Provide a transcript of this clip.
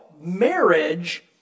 marriage